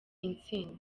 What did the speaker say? intsinzi